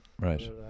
right